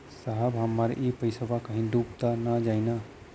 साहब हमार इ पइसवा कहि डूब त ना जाई न?